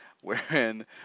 wherein